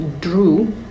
drew